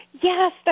yes